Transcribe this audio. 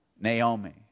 Naomi